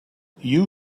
you